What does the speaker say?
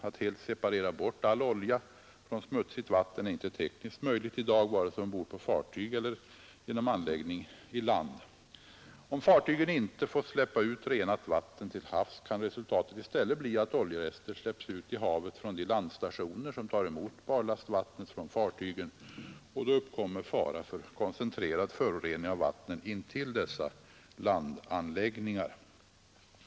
Att separera bort all olja från smutsigt vatten är inte tekniskt möjligt i dag, vare sig ombord på fartyg eller genom anläggning i land. Om fartygen inte får släppa ut renat vatten till havs, kan resultatet i stället bli att oljerester släpps ut i havet från de landstationer som tar emot barlastvattnet från fartygen, och då uppkommer fara för koncentrerad förorening av vattnet intill dessa landanläggningar.